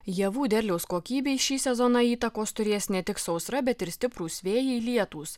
javų derliaus kokybei šį sezoną įtakos turės ne tik sausra bet ir stiprūs vėjai lietūs